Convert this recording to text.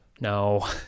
No